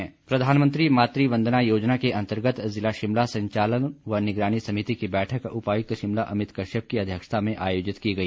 प्रधानमंत्री मातवंदना प्रधानमंत्री मातृ वंदना योजना के अंतर्गत जिला शिमला संचालन व निगरानी समिति की बैठक उपायुक्त शिमला अमित कश्यप की अध्यक्षता में आायोजित की गई